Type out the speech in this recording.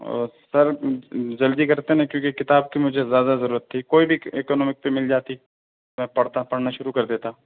اوہ sir جلدی کرتے نا کیونکہ کتاب کی مجھے زیادہ ضرورت تھی کوئی بھی اکنامک پہ مل جاتی میں پڑھتا پڑھنا شروع کر دیتا